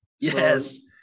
yes